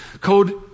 code